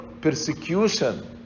persecution